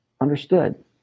understood